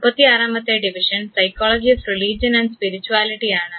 മുപ്പത്തിയാറാമത്തെ division psychology of religion and spirituality ആണ്